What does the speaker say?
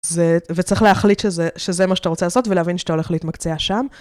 זה... וצריך להחליט שזה... שזה מה שאתה רוצה לעשות, ולהבין שאתה הולך להתמקצע שם.